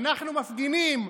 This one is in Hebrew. אנחנו מפגינים,